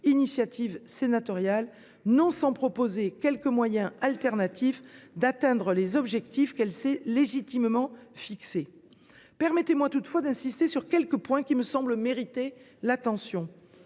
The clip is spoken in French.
l’initiative sénatoriale, non sans proposer quelques moyens nouveaux d’atteindre les objectifs qui la sous tendent légitimement. Permettez moi toutefois d’insister sur quelques points qui me semblent mériter attention.